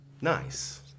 Nice